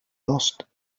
lost